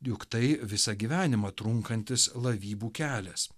juk tai visą gyvenimą trunkantis lavybų kelias